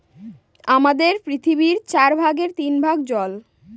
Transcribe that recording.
আমাদের পৃথিবীর চার ভাগের তিন ভাগ জল